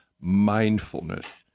mindfulness